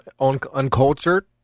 uncultured